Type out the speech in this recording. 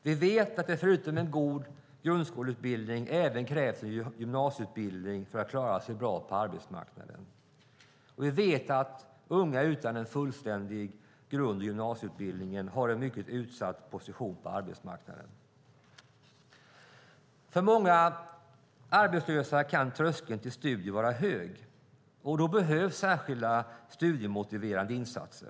Vi vet att det förutom en god grundskoleutbildning även krävs en gymnasieutbildning för att man ska klara sig bra på arbetsmarknaden. Vi vet också att unga utan en fullständig grund i gymnasieutbildningen har en mycket utsatt position på arbetsmarknaden. För många arbetslösa kan tröskeln till studier vara hög. Då behövs särskilda studiemotiverande insatser.